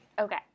Okay